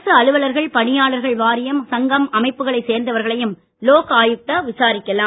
அரசு அலுவலர்கள் பணியாளர்கள் வாரியம் சங்கம் அமைப்புகளை சேர்ந்தவர்களையும் லோக் ஆயுக்தா விசாரிக்கலாம்